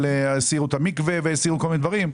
שהסירו את המקווה והסירו כל מיני דברים.